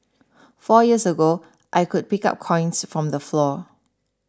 four years ago I could pick up coins from the floor